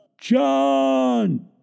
John